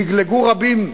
לגלגו רבים,